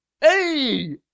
hey